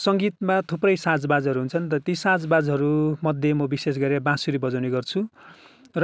सङ्गीतमा थुप्रै साजबाजहरू हुन्छन् र ती साजबाजहरू मध्ये म विशेष गरी बाँसुरी बजाउने गर्छु